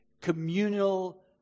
communal